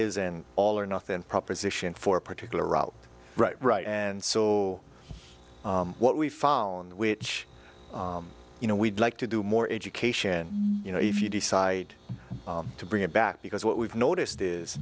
is an all or nothing proposition for a particular route right right and saw what we follow and which you know we'd like to do more education you know if you decide to bring it back because what we've noticed is